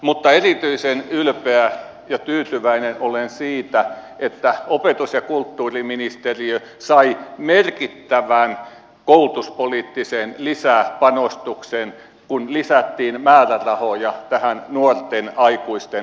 mutta erityisen ylpeä ja tyytyväinen olen siitä että opetus ja kulttuuriministeriö sai merkittävän koulutuspoliittisen lisäpanostuksen kun lisättiin määrärahoja tähän nuorten aikuisten osaamisohjelmaan